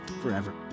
forever